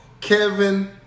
Kevin